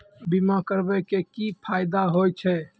बीमा करबै के की फायदा होय छै?